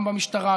גם במשטרה,